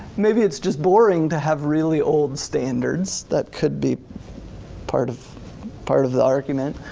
maybe it's just boring to have really old standards, that could be part of part of the argument.